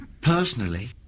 personally